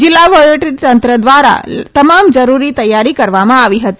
જિલ્લા વહીવટીતંત્ર દ્વારા તમામ જરૂરી તૈયારી કરવામાં આવી હતી